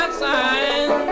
sign